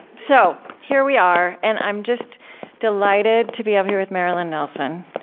so, here we are. and i'm just delighted to be up here with marilyn nelson.